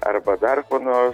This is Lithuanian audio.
arba dar kuo nors